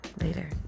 Later